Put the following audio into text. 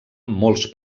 molts